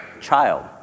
child